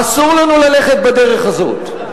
אסור לנו ללכת בדרך הזאת.